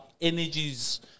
energies